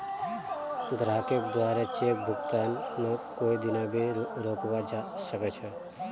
ग्राहकेर द्वारे चेक भुगतानक कोई दीना भी रोकवा सख छ